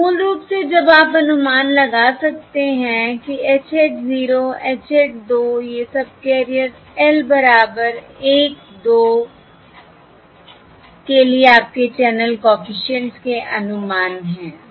तो मूल रूप से अब आप अनुमान लगा सकते हैं कि H हैट 0 H हैट 2 ये सबकेरियर L बराबर 1 2 के लिए आपके चैनल कॉफिशिएंट्स के अनुमान हैं